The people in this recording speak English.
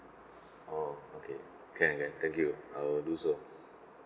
oh okay can can thank you I will do so